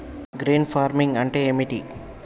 Green farming అంటే ఏమిటి?